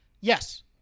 Yes